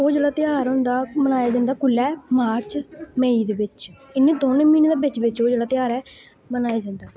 ओह् जेह्ड़ा ध्यार होंदा मनाया जंदा कुल्लै मार्च मेई दे बिच इन्ने दौनें म्हीने दे बिच बिच ओह् जेह्ड़ा ध्यार ऐ मनाया जंदा